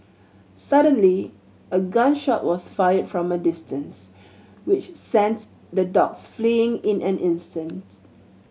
suddenly a gun shot was fired from a distance which sends the dogs fleeing in an instance